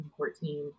2014